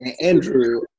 Andrew